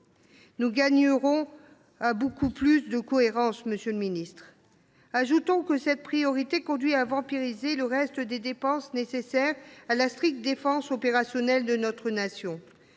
Nous gagnerions à beaucoup plus de cohérence, monsieur le ministre. Ajoutons que cette priorité conduit à vampiriser le reste des dépenses nécessaires à la stricte défense opérationnelle de notre nation.